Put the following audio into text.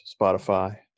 Spotify